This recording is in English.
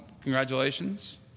Congratulations